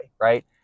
Right